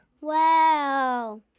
Wow